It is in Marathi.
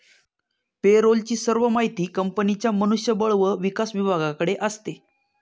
पे रोल ची सर्व माहिती कंपनीच्या मनुष्य बळ व विकास विभागाकडे असते